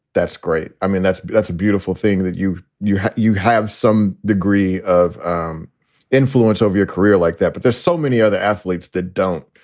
that's great. i mean, that's that's a beautiful thing that you you you have some degree of um influence over your career like that. but there's so many other athletes that don't.